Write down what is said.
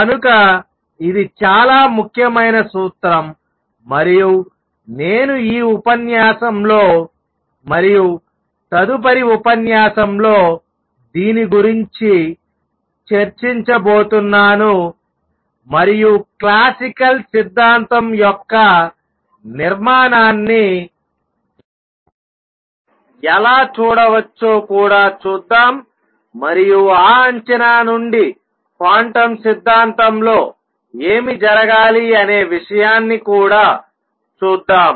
కనుక ఇది చాలా ముఖ్యమైన సూత్రం మరియు నేను ఈ ఉపన్యాసం లో మరియు తదుపరి ఉపన్యాసం లో దీని గురించి చర్చించబోతున్నాను మరియు క్లాసికల్ సిద్ధాంతం యొక్క నిర్మాణాన్ని ఎలా చూడవచ్చో కూడా చూద్దాం మరియు ఆ అంచనా నుండి క్వాంటం సిద్ధాంతంలో ఏమి జరగాలి అనే విషయాన్ని కూడా చూద్దాం